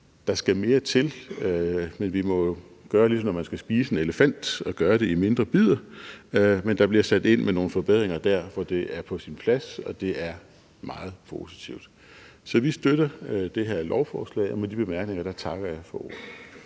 Der skal mere til, men vi må jo gøre, ligesom når man skal spise en elefant, altså gøre det i mindre bidder, men der bliver sat ind med nogle forbedringer der, hvor det er på sin plads, og det er meget positivt. Så vi støtter det her lovforslag, og med de bemærkninger takker jeg for ordet.